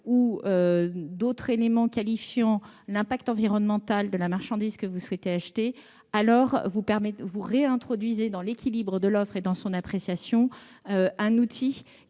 ou d'autres éléments qualifiant l'incidence environnementale de la marchandise que vous souhaitez acheter, vous réintroduisez dans l'équilibre de l'offre et dans son appréciation un outil